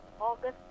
August